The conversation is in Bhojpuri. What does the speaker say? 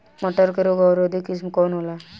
मटर के रोग अवरोधी किस्म कौन होला?